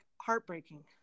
heartbreaking